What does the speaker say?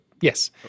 Yes